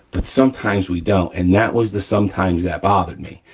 but sometimes we don't, and that was the sometimes that bothered me.